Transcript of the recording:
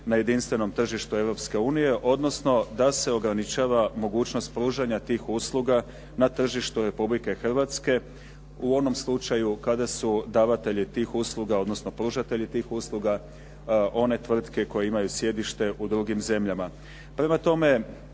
na jedinstvenom tržištu Europske unije odnosno da se ograničava mogućnost pružanja tih usluga na tržištu Republike Hrvatske u onom slučaju kada su davatelji tih usluga odnosno pružatelji tih usluga one tvrtke koje imaju sjedište u drugim zemljama. Prema tome,